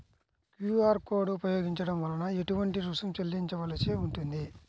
QR code ఉపయోగించటం వలన ఏటువంటి రుసుం చెల్లించవలసి ఉంటుంది?